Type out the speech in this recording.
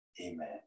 Amen